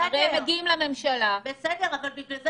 הם מגיעים לממשלה ולא מקבלים מענה.